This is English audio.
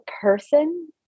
person